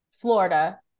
Florida